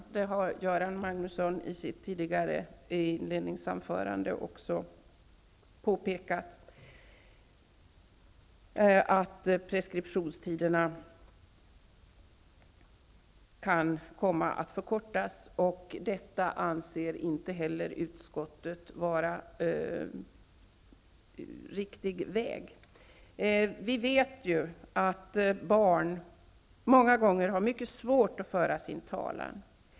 Göran Magnusson påpekade i sitt inledningsanförande att preskriptionstiderna kan komma att förkortas. Detta anser inte heller utskottet vara en riktig väg. Vi vet ju att barn många gånger har mycket svårt att föra sin talan.